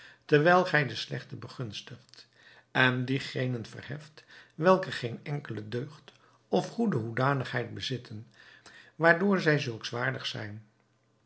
terwijl gij de slechten begunstigt en diegenen verheft welke geene enkele deugd of goede hoedanigheid bezitten waardoor zij zulks waardig zijn